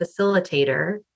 facilitator